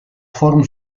forum